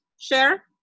share